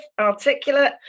articulate